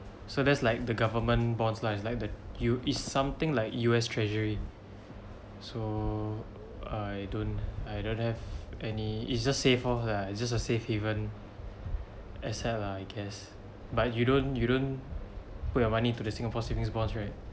so that's like the government bonds lah it's like the u it's something like U_S treasury so I don't I don't have any it's just safe orh it's just a safe haven asset lah I guess but you don't you don't put your money to the singapore savings bonds right